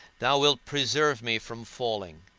thou wilt preserve me from falling,